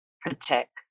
protect